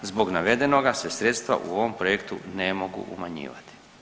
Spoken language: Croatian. Zbog navedenog se sredstva u ovom projektu ne mogu umanjivati.